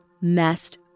messed